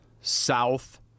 south